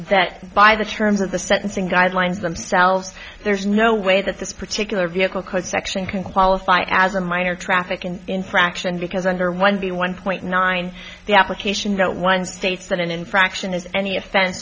that by the terms of the sentencing guidelines themselves there's no way that this particular vehicle code section can qualify as a minor traffic an infraction because under one b one point nine the application not one states that an infraction is any offen